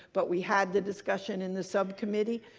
but we had the discussion in the subcommittee.